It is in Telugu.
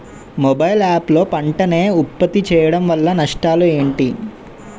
మొబైల్ యాప్ లో పంట నే ఉప్పత్తి చేయడం వల్ల నష్టాలు ఏంటి?